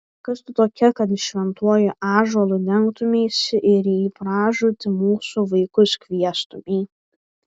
kas tu tokia kad šventuoju ąžuolu dengtumeisi ir į pražūtį mūsų vaikus kviestumei